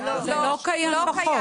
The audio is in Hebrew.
לא, זה לא קיים בחוק.